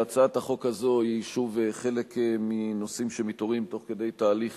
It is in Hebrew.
הצעת החוק הזאת היא שוב חלק מנושאים שמתעוררים תוך כדי תהליך